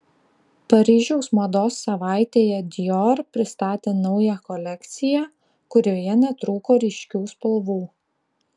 paryžiaus mados savaitėje dior pristatė naują kolekciją kurioje netrūko ryškių spalvų